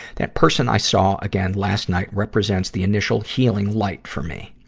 that person i saw again last night represents the initial healing light for me.